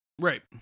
Right